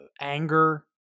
anger